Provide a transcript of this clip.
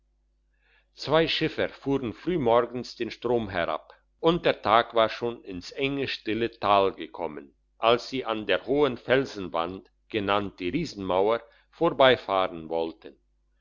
zwei schiffer fuhren frühmorgens den strom herab und der tag war schon ins enge stille tal gekommen als sie an der hohen felsenwand genannt die riesenmauer vorbeifahren wollten